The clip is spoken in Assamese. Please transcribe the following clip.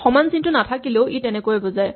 সমান চিনটো নাথাকিলেও ই তেনেকৈয়ে বুজায়